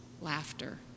laughter